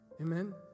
Amen